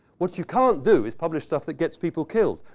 what you can't do is publish stuff that gets people killed.